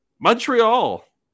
Montreal